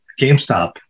GameStop